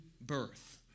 birth